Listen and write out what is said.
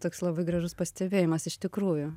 toks labai gražus pastebėjimas iš tikrųjų